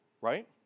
right